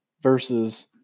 versus